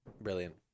brilliant